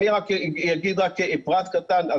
אני אגיד רק פרט קטן.